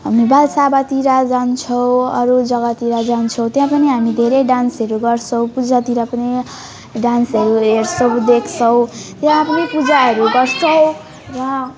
बाल सभातिर जान्छौँ अरू जगातिर जान्छौँ त्यहाँ पनि हामी धेरै डान्सहरू गर्छौँ पूजातिर पनि डान्सहरू हेर्छौँ देख्छौँ त्यहाँ पनि पूजाहरू गर्छौँ र